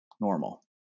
normal